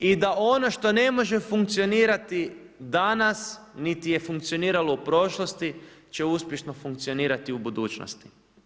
I da ono što ne može funkcionirati danas niti je funkcioniralo u prošlosti će uspješno funkcionirati u budućnosti.